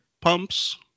pumps